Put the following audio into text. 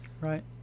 Right